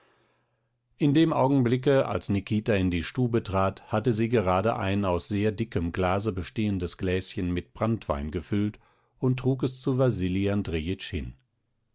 in dem augenblicke als nikita in die stube trat hatte sie gerade ein aus sehr dickem glase bestehendes gläschen mit branntwein gefüllt und trug es zu wasili